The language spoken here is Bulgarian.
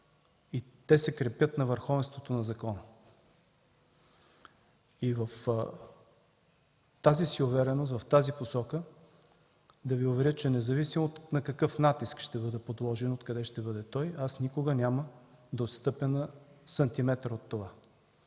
се крепят на върховенството на закона. В тази си увереност и в тази посока Ви уверявам, че независимо под какъв натиск ще бъда подложен и откъде ще бъде той, аз никога няма да отстъпя на сантиметър от това